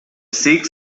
sikhs